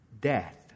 death